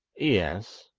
yes,